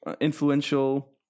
influential